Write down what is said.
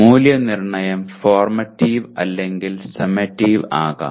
മൂല്യനിർണ്ണയം ഫോർമ്മറ്റിവ് അല്ലെങ്കിൽ സമ്മറ്റീവ് ആകാം